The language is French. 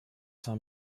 cinq